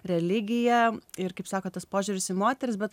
religija ir kaip sako tas požiūris į moteris bet